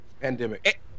pandemic